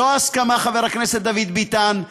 זאת ההסכמה, חבר הכנסת דוד ביטן.